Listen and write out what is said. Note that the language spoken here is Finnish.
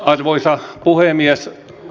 arvoisa puhemies